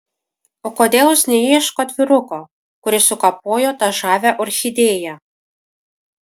o kodėl jūs neieškot vyruko kuris sukapojo tą žavią orchidėją